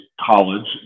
college